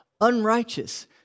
unrighteous